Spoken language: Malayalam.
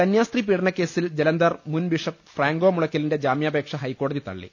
കന്യാസ്ത്രീ പീഡനക്കേസിൽ ജലന്ധർ മുൻബിഷപ്പ് ഫ്രാങ്കോ മുളയ്ക്കലിന്റെ ജാമ്യാപേക്ഷ ഹൈക്കോടതി തള്ളി